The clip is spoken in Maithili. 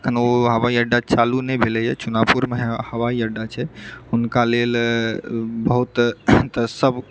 एखन ओ हवाई अड्डा चालू नहि भेलैए चुनापुरमे हवाई अड्डा छै हुनका लेल बहुत सब